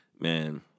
Man